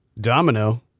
Domino